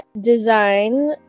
design